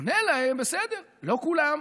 עונה להם: בסדר, לא כולם.